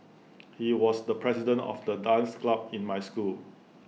he was the president of the dance club in my school